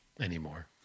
anymore